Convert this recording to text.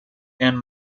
and